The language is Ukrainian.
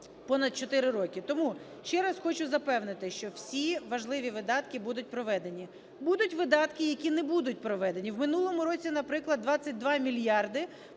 понад 4 роки. Тому ще раз хочу запевнити, що всі важливі видатки будуть проведені. Будуть видатки, які не будуть проведені. У минулому році, наприклад, 22 мільярди